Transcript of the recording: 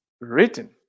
written